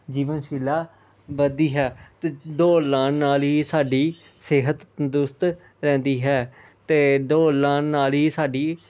ਜੀਵਨਸ਼ੀਲਾ ਵੱਧਦੀ ਹੈ ਅਤੇ ਦੌੜ ਲਗਾਉਣ ਨਾਲ ਹੀ ਸਾਡੀ ਸਿਹਤ ਤੰਦਰੁਸਤ ਰਹਿੰਦੀ ਹੈ ਅਤੇ ਦੌੜ ਲਗਾਉਣ ਨਾਲ ਹੀ ਸਾਡੀ